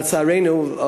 לצערנו,